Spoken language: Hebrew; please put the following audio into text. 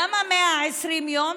למה 120 יום?